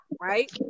right